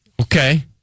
Okay